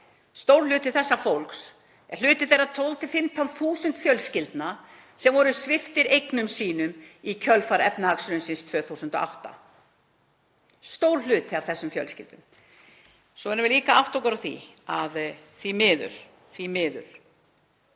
Stór hluti þessa fólks er hluti þeirra 12.000–15.000 fjölskyldna sem voru sviptar eignum sínum í kjölfar efnahagshrunsins 2008, stór hluti af þessum fjölskyldum. Svo verðum við líka að átta okkur á því hvernig landslagið er því miður